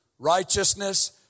Righteousness